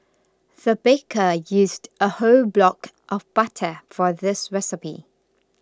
the baker used a whole block of butter for this recipe